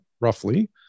roughly